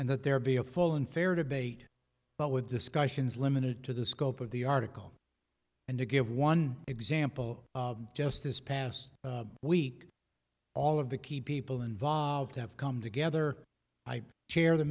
and that there be a full and fair debate but with discussions limited to the scope of the article and to give one example just this past week all of the key people involved have come together i chair the